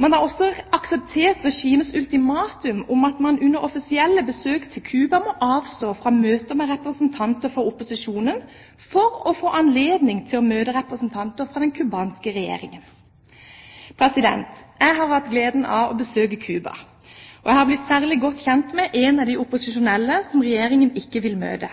Man har også akseptert regimets ultimatum om at man under offisielle besøk til Cuba må avstå fra møter med representanter for opposisjonen for å få anledning til å møte representanter fra den cubanske regjeringen. Jeg har hatt gleden av å besøke Cuba, og jeg har blitt særlig godt kjent med en av de opposisjonelle som Regjeringen ikke vil møte,